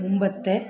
മുമ്പത്തെ